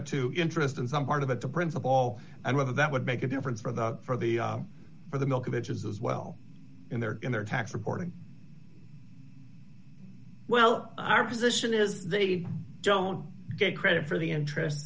a two interest and some part of it the principal and whether that would make a difference for the for the for the milk of ages as well in their in their tax reporting well our position is they don't get credit for the interest